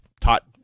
taught